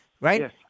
right